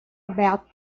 about